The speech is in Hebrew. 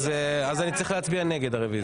אז אני צריך להצביע נגד הרוויזיה.